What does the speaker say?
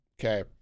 okay